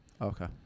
Okay